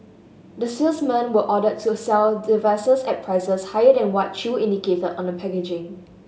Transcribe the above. the salesmen were ordered to a sell devices at prices higher than what chew indicated on the packaging